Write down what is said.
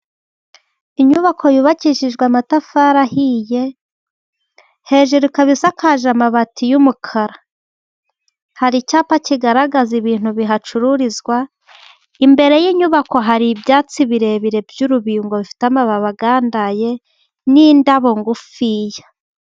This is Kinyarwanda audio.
Inyubako yubakishijwe amatafari ahiye hejuru ikaba isakaje amabati y'umukara, hari icyapa kigaragaza ibintu bihacururizwa, imbere y'inyubako hari ibyatsi birebire by'urubingo bifite amababi agandaye n'indabo ngufiya.